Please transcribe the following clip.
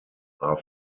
are